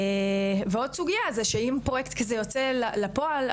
ועוד סוגייה זה שאם פרויקט כזה יוצא לפועל,